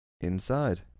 inside